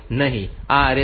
આ RST 7